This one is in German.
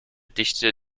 dichte